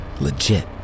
Legit